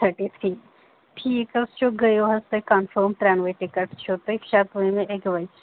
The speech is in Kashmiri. تھٔٹی تھرٛی ٹھیٖک حظ چھُ گٔیِو حظ تُہۍ کَنفٲرٕم ترٛینوٕے ٹِکَٹ چھُو تُہۍ شَتوُہمہِ اَکہِ بجہِ